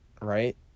right